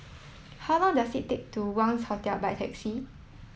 how long does it take to Wangz Hotel by taxi